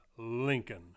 lincoln